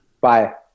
Bye